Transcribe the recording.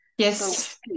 Yes